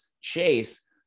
chase